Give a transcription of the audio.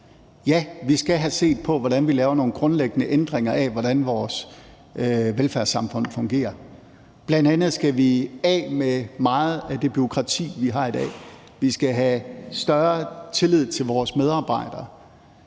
Ja, vi skal have set på, hvordan vi laver nogle grundlæggende ændringer af den måde, som vores velfærdssamfund fungerer på. Vi skal bl.a. af med meget af det bureaukrati, vi har i dag. Vi skal have større tillid til vores medarbejdere,